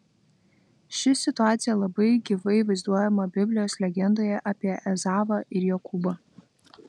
ši situacija labai gyvai vaizduojama biblijos legendoje apie ezavą ir jokūbą